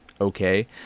okay